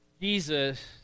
Jesus